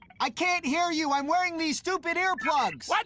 i can't hear you! i'm wearing these stupid ear plugs! like